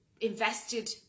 invested